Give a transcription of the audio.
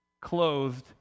clothed